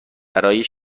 برای